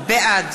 בעד